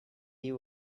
you